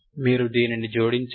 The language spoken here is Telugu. మీరు దీనిని జోడించండి